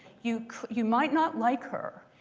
you you might not like her,